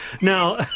Now